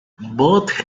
booth